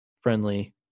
friendly